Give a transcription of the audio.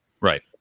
Right